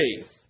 faith